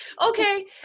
okay